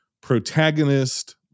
protagonist